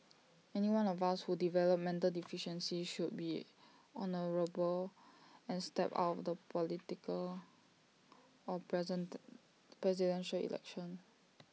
anyone of us who develop mental deficiency should be honourable and step out of the political or present Presidential Election